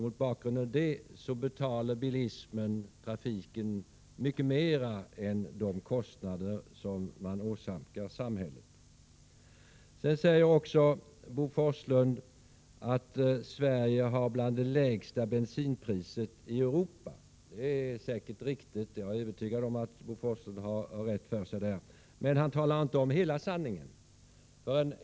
Mot bakgrund av det betalar bilismen mycket mer till trafiken än de kostnader som den åsamkar samhället. Bo Forslund säger också att Sverige har ett av de lägsta bensinpriserna i Europa. Det är säkert riktigt — jag är övertygad om att Bo Forslund har rätt där. Men han talar inte om hela sanningen.